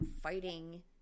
fighting